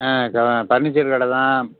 ஆ க ஃபர்னிச்சர் கடை தான்